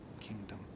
kingdom